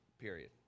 period